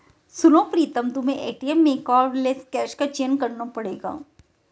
सुनो प्रीतम तुम्हें एटीएम में कार्डलेस कैश का चयन करना पड़ेगा